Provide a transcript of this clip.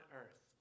earth